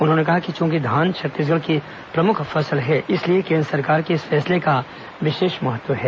उन्होंने कहा कि च्रंकि धान छत्तीसगढ़ की प्रमुख फसल है इसलिए केंद्र सरकार के इस फैसले का विशेष महत्व है